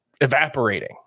evaporating